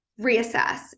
reassess